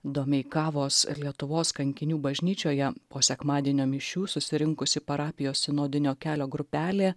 domeikavos lietuvos kankinių bažnyčioje po sekmadienio mišių susirinkusi parapijos sinodinio kelio grupelė